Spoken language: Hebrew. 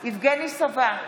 יבגני סובה,